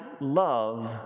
love